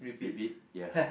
repeat ya